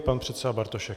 Pan předseda Bartošek.